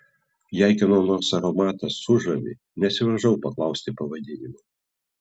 jei kieno nors aromatas sužavi nesivaržau paklausti pavadinimo